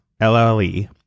l-l-e